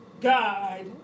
guide